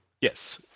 Yes